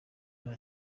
nta